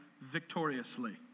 victoriously